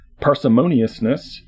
parsimoniousness